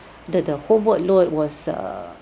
the the homework load was err